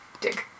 dig